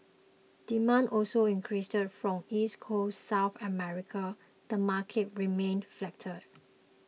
demand also increased from East Coast South America the market remained flatter